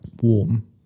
warm